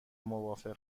موافق